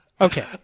Okay